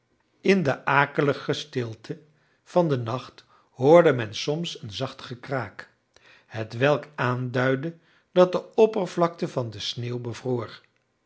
in de akelige stilte van den nacht hoorde men soms een zacht gekraak hetwelk aanduidde dat de oppervlakte van de sneeuw bevroor